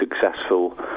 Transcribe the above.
successful